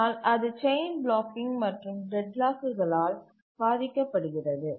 ஆனால் அது chain blocking மற்றும் டெட்லாக்குகளால் பாதிக்கப்படுகிறது